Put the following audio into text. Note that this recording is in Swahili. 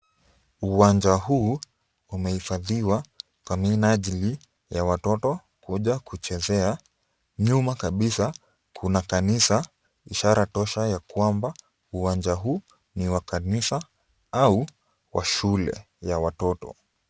Uwanja huu umehifadhiwa kwa minajili ya watoto kuja kuchezea. Nyuma kabisa, kuna kanisa, ishara tosha ya kwamba uwanja huu ni wa kanisa au wa shule ya watoto.